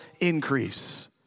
Increase